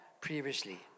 previously